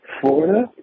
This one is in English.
Florida